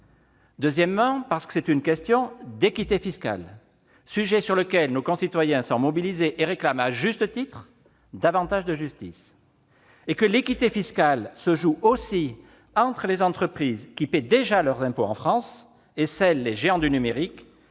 donne. Par ailleurs, c'est une question d'équité fiscale, un sujet sur lequel nos concitoyens sont mobilisés et réclament, à juste titre, davantage de justice. Au reste, l'équité fiscale se joue aussi entre les entreprises qui paient déjà leurs impôts en France et celles, les géants du numérique,